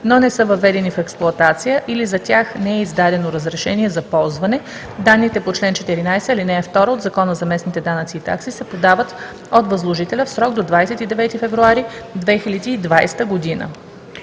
но не са въведени в експлоатация или за тях не е издадено разрешение за ползване, данните по чл. 14, ал. 2 от Закона за местните данъци и такси се подават от възложителя в срок до 29 февруари 2020 г.“